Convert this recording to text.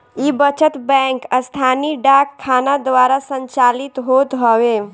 इ बचत बैंक स्थानीय डाक खाना द्वारा संचालित होत हवे